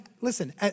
listen